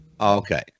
Okay